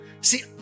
See